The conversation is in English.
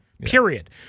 period